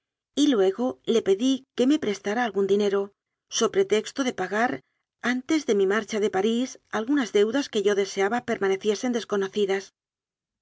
y luego le pedí que me prestara algún dinero so pretexto de pagar antes de mi marcha de parís algunas deudas que yo deseaba permaneciesen desconocidas